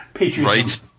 Right